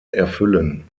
erfüllen